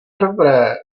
dobré